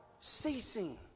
ceasing